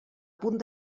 punt